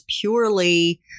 purely